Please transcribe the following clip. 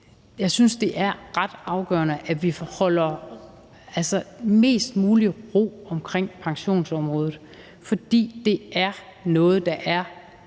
jeg synes, det er ret afgørende, at vi har mest mulig ro om pensionsområdet, for det er noget, der er